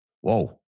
Whoa